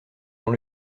dans